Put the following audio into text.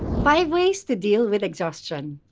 five ways to deal with exhaustion.